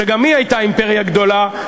שגם היא הייתה אימפריה גדולה,